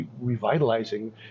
revitalizing